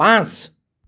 পাঁচ